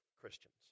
Christians